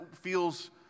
feels